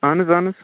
اَہَن حظ اَہَن حظ